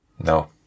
No